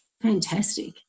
fantastic